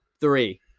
three